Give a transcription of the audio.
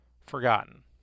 forgotten